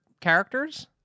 characters